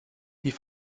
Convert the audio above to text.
die